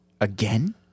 Again